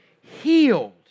Healed